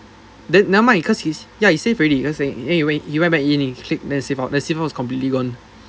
then never mind cause he's ya he save already you know what I saying then he went he went back in he clicked then he save out his save out is completely gone